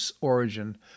origin